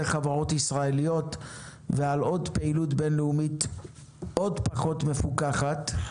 חברות ישראליות ועל עוד פעילות בינלאומית עוד פחות מפוקחת,